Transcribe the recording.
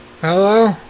Hello